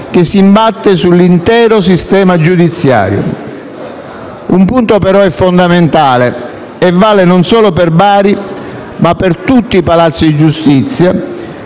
che si abbatte sull'intero sistema giudiziario. Un punto, però, è fondamentale e vale non solo per Bari, ma per tutti i palazzi di giustizia.